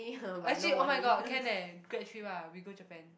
actually oh-my-god can eh grad trip ah we go Japan